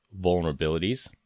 vulnerabilities